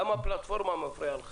למה הפלטפורמה מפריעה לך?